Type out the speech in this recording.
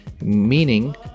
Meaning